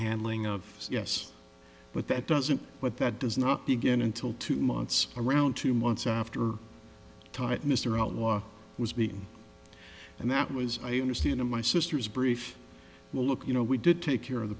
handling of yes but that doesn't but that does not begin until two months around two months after tight mr outlaw was beaten and that was i understand in my sister's brief well look you know we did take care of the